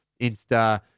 Insta